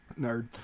Nerd